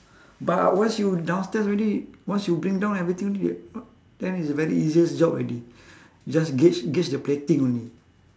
but uh once you downstairs already once you bring down everything then it's a very easiest job already you just gauge gauge the plating only